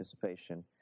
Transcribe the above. participation